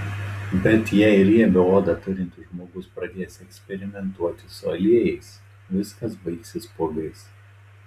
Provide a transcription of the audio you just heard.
bet jei riebią odą turintis žmogus pradės eksperimentuoti su aliejais viskas baigsis spuogais